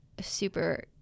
super